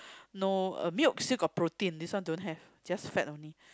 no uh milk still got protein this one don't have just fat only